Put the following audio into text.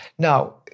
Now